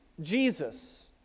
Jesus